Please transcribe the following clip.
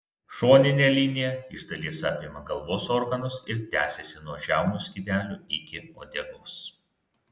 šoninė linija iš dalies apima galvos organus ir tęsiasi nuo žiaunų skydelių iki uodegos